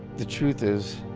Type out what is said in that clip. the truth is,